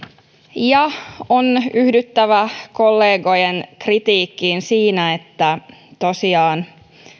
ja on yhdyttävä kollegojen kritiikkiin siitä että tosiaan